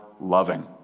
loving